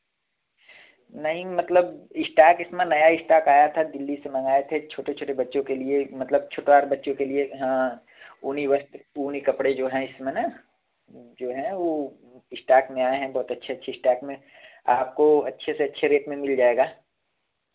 नहीं मतलब इश्टाक इसमें नया इश्टाक आया था दिल्ली से मँगवाए थे छोटे छोटे बच्चों के लिए मतलब छोटा बच्चों के लिए हाँ ऊनी वस्त्र ऊनी कपड़े जो हैं इसमें न जो हैं वे इश्टाक में आए बहुत अच्छे अच्छे इश्टाक में आपको अच्छे से अच्छे रेट में मिल जाएगा